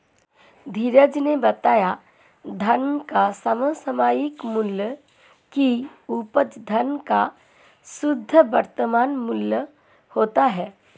धीरज ने बताया धन का समसामयिक मूल्य की उपज धन का शुद्ध वर्तमान मूल्य होता है